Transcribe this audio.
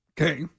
Okay